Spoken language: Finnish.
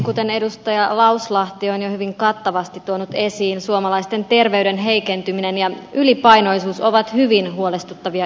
kuten edustaja lauslahti on jo hyvin kattavasti tuonut esiin suomalaisten terveyden heikentyminen ja ylipainoisuus ovat hyvin huolestuttavia ilmiöitä